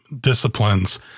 disciplines